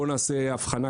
אף פעם.